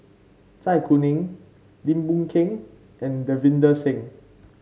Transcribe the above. Zai Kuning Lim Boon Keng and Davinder Singh